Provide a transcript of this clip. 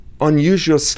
unusual